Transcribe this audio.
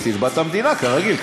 אז תתבע את המדינה כרגיל,